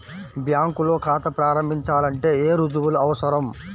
బ్యాంకులో ఖాతా ప్రారంభించాలంటే ఏ రుజువులు అవసరం?